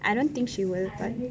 I don't think she will